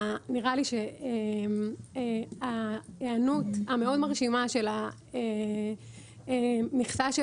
נראה לי שההיענות המאוד מרשימה של המכסה של